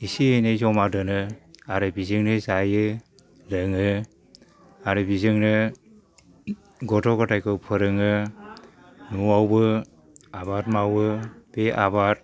एसे एनै जमा दोनो आरो बेजोंनो जायो लोङो आरो बेजोंनो गथ' गथाइखौ फोरोङो न'आवबो आबाद मावो बे आबाद